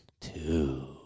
two